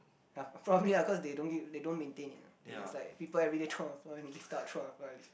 ya probably ah cause they don't give they don't maintain it ah they just like people everyday throw on the floor and lift up throw on the floor and lift up